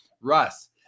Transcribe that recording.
Russ